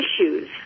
issues